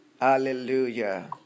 Hallelujah